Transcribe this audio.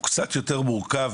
הוא קצת יותר מורכב.